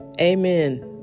amen